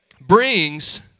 brings